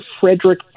Frederick